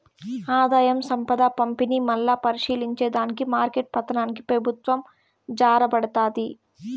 ఆదాయం, సంపద పంపిణీ, మల్లా పరిశీలించే దానికి మార్కెట్ల పతనానికి పెబుత్వం జారబడతాది